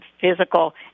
physical